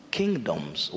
kingdoms